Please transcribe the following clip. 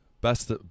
Best